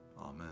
Amen